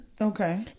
Okay